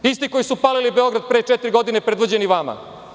Isti koji su palili Beograd pre četiri godine predvođeni vama.